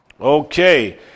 Okay